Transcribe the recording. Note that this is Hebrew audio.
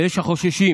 ויש החוששים